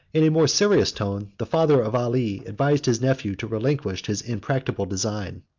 in a more serious tone, the father of ali advised his nephew to relinquish his impracticable design.